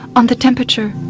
on the temperature,